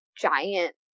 giant